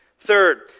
Third